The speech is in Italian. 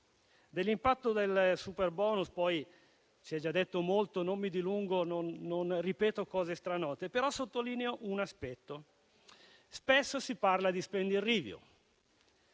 Dell'impatto del superbonus si è già detto molto e non mi dilungo, non ripeto cose stranote. Sottolineo però un aspetto: spesso si parla di *spending review*,